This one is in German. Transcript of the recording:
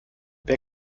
wer